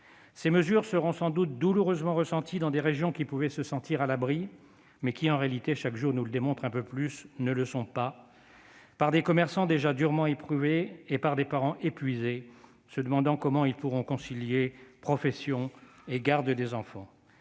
Ces mesures seront sans doute douloureusement ressenties dans des régions qui pouvaient se sentir à l'abri, mais qui, en réalité, et chaque jour nous le démontre un peu plus, ne le sont pas, par des commerçants déjà durement éprouvés et par des parents épuisés, se demandant comment ils pourront concilier profession et garde des enfants